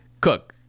Cook